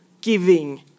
giving